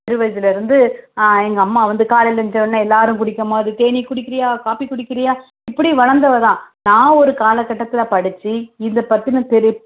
சிறு வயதுலிருந்து ஆ எங்கள் அம்மா வந்து காலையில் எழுந்திச்ச உடனே எல்லோரும் குடிக்கும்போது தேநீர் குடிக்கிறீயா காபி குடிக்கிறீயா இப்படி வளர்ந்தவதான் நான் ஒரு காலகட்டத்தில் படித்து இதைப் பற்றின தெரி